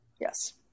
Yes